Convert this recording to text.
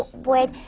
boyd,